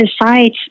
decide